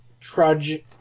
trudge